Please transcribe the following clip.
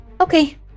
okay